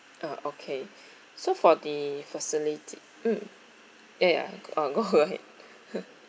uh okay so for the facility mm ya ya uh go ahead